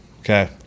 Okay